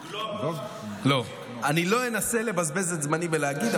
אני לא אנסה לבזבז את זמני בלהגיד,